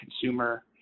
consumer